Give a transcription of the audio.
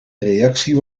reactie